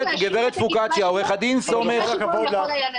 להשיב --- במקרה שבו הוא יכול היה לדעת.